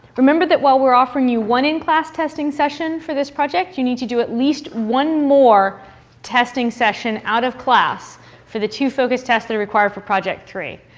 remember that while we're offering you one in-class testing session for this project, you need to do at least one more testing session out of class for the two focus tests that are required for project three.